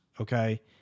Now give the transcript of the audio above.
okay